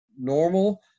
normal